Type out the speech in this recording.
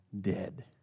dead